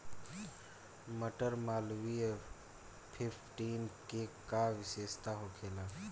मटर मालवीय फिफ्टीन के का विशेषता होखेला?